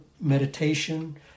meditation